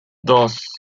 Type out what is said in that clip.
dos